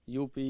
UP